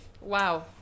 wow